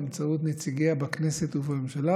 באמצעות נציגיה בכנסת ובממשלה,